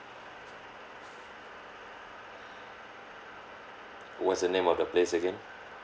what's the name of the place again